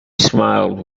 smiled